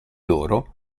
loro